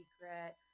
secret